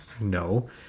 No